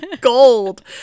gold